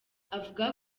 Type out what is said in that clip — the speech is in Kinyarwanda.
avuga